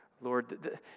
Lord